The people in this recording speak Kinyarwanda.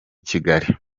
kigali